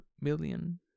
million